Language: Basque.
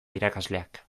irakasleak